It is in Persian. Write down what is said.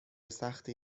سختی